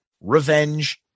Revenge